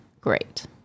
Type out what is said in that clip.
great